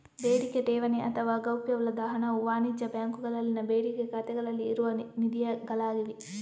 ಬೇಡಿಕೆ ಠೇವಣಿ ಅಥವಾ ಗೌಪ್ಯವಲ್ಲದ ಹಣವು ವಾಣಿಜ್ಯ ಬ್ಯಾಂಕುಗಳಲ್ಲಿನ ಬೇಡಿಕೆ ಖಾತೆಗಳಲ್ಲಿ ಇರುವ ನಿಧಿಗಳಾಗಿವೆ